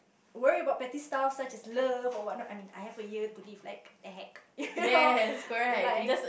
worry about petty stuff such as love or what not I mean I have a year to live like the heck you know like